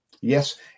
Yes